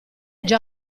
già